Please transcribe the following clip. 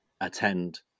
attend